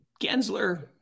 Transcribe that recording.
Gensler